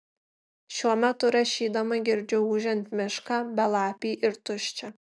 šiuo metu rašydama girdžiu ūžiant mišką belapį ir tuščią